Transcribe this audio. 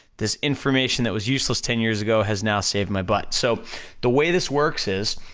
this information that was useless ten years ago has now saved my butt, so the way this works is,